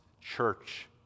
church